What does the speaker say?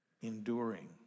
enduring